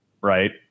right